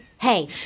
Hey